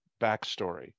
backstory